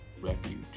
refuge